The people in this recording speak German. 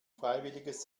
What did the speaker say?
freiwilliges